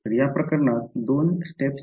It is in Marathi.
तर या प्रकरणात दोन स्टेप्स आहेत